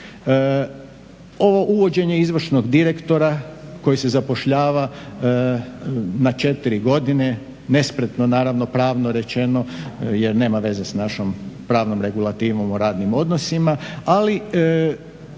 Ovo uvođenje izvršnog direktora koji se zapošljava na 4 godine nespretno naravno pravno rečeno jer nema veze s našom pravnom regulativom o radnim odnosima ali